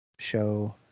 show